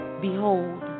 Behold